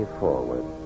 forward